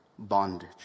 Bondage